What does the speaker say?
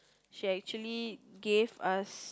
she actually gave us